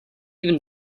even